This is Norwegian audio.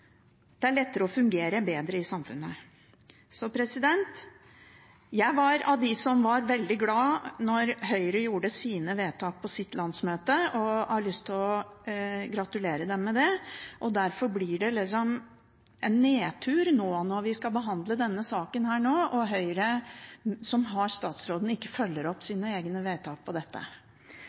Det er lettere å fungere bedre i samfunnet. Jeg var av dem som ble veldig glad da Høyre gjorde sine vedtak på sitt landsmøte, og har lyst til å gratulere dem med det. Derfor blir det en nedtur når vi nå skal behandle denne saken og Høyre, som har statsråden, ikke følger opp sine egne vedtak om dette.